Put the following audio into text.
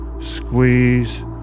squeeze